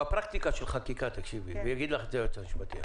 בפרקטיקה של חקיקה, יגיד לך את זה היועץ המשפטי,